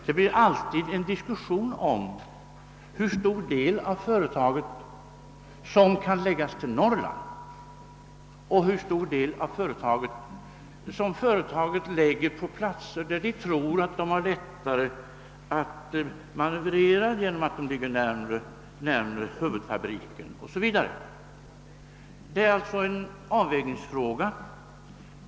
Det blir alltid en diskussion om hur stor del av planerad företagsamhet som kan förläggas till Norrland och hur stor del som skall läggas på platser där företagsledningen tror att det är lämpligare att ha den därför att man kommer närmare huvudfabriken o. s. v. Det gäller alltså en avvägningsfråga.